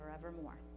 forevermore